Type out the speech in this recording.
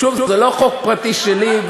זה לא חוק פרטי שלי.